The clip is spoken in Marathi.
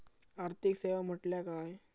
आर्थिक सेवा म्हटल्या काय?